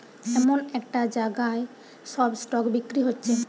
এমন একটা জাগায় সব স্টক বিক্রি হচ্ছে